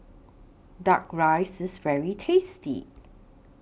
Duck Rice IS very tasty